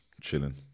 chilling